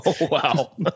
wow